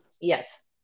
Yes